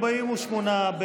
הסתייגות 39 לא נתקבלה.